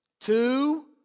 two